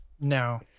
no